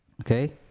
okay